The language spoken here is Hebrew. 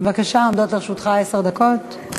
בבקשה, עומדות לרשותך עשר דקות.